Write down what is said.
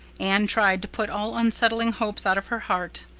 anne tried to put all unsettling hopes out of her heart,